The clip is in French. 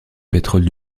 pétrole